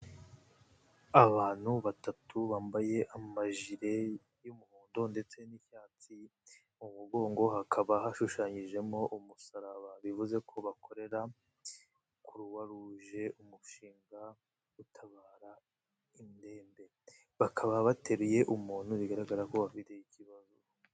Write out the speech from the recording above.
Abantu batatu bambaye amajire y'umuhondo ndetse n'icyatsi, mu mugongo hakaba hashushanyijemo umusaraba, bivuze ko bakorera Kuruwaruje umushinga wo gutabara indembe, bakaba bateruye umuntu bigaragara ko afite ikibazo.